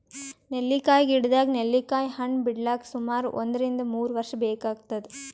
ನೆಲ್ಲಿಕಾಯಿ ಗಿಡದಾಗ್ ನೆಲ್ಲಿಕಾಯಿ ಹಣ್ಣ್ ಬಿಡ್ಲಕ್ ಸುಮಾರ್ ಒಂದ್ರಿನ್ದ ಮೂರ್ ವರ್ಷ್ ಬೇಕಾತದ್